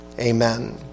Amen